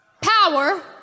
power